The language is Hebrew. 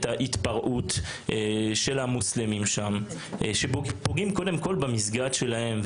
ההתפרעות של המוסלמים שם שפגעו קודם כל במסגד שלהם,